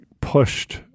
pushed